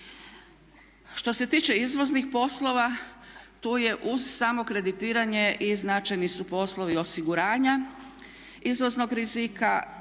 Što se tiče izvoznih poslova, tu je uz samo kreditiranje i značajni su poslovi osiguranja izvoznog rizika,